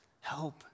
Help